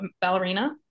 ballerina